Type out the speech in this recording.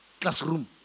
classroom